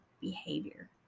behavior